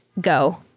go